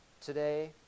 Today